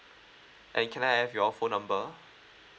and can I have your phone number